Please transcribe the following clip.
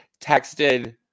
texted